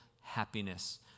happiness